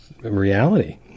reality